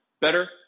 better